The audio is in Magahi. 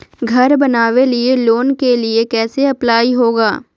घर बनावे लिय लोन के लिए कैसे अप्लाई होगा?